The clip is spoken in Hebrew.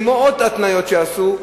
כמו עוד התניות שעשו,